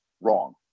wrong